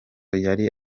yari